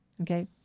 okay